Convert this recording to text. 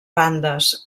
bandes